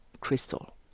crystal